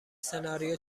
سناریو